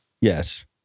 Yes